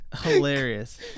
Hilarious